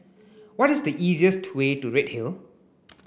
what is the easiest way to Redhill